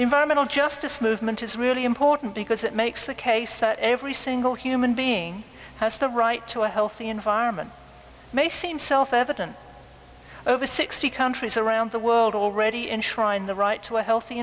environmental justice movement is really important because it makes the case that every single human being has the right to a healthy environment may seem self evident over sixty countries around the world already enshrined the right to a healthy